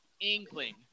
inkling